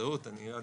אני אומר